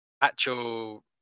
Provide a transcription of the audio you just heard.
actual